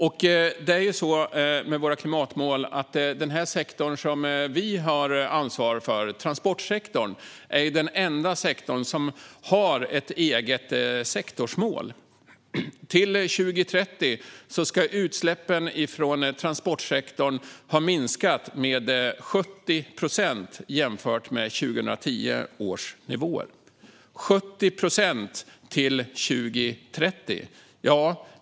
När det gäller våra klimatmål är den sektor som vi har ansvar för, transportsektorn, den enda sektor som har ett eget sektorsmål. Till 2030 ska utsläppen från transportsektorn ha minskat med 70 procent jämfört med 2010 års nivåer.